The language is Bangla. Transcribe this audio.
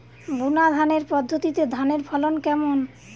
বুনাধানের পদ্ধতিতে ধানের ফলন কেমন?